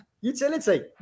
Utility